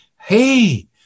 Hey